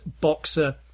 boxer